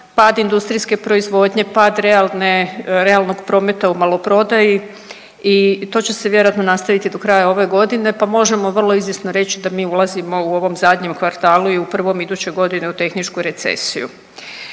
pad industrijske proizvodnje, pad realne, realnog prometa u maloprodaji i to će se vjerojatno nastaviti i do kraja ove godine, pa možemo vrlo izvjesno reći da mi ulazimo u ovom zadnjem kvartalu i u prvom iduće godine u tehničku recesiju.